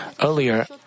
Earlier